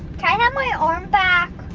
can i have my arm back?